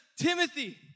Timothy